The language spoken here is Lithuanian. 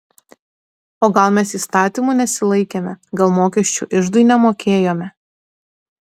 o gal mes įstatymų nesilaikėme gal mokesčių iždui nemokėjome